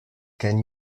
can